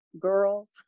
girls